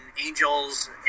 angels